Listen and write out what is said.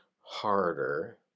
harder